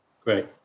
great